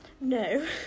No